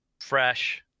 fresh